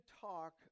talk